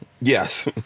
Yes